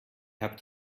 habt